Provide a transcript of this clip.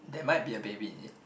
there might be a baby in it